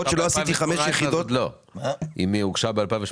עוד לא, אם היא הוגשה ב-2018.